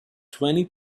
twenty